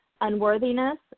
unworthiness